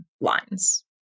lines